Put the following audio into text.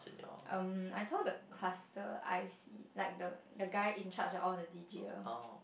um I told the cluster I_C like the the guy in charge of all the D_G_Ls